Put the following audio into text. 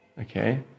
Okay